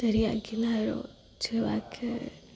દરિયા કિનારો જેવા કે